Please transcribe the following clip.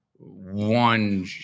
one